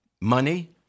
money